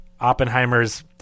Oppenheimer's